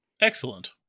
Excellent